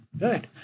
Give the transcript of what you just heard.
Right